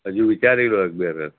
હજુ વિચારી લો એક બે વખત